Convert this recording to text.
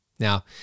Now